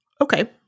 Okay